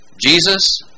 Jesus